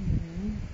mmhmm